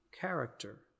character